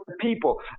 people